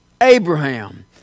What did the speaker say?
Abraham